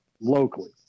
locally